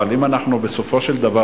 אבל אנחנו בסופו של דבר,